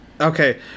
okay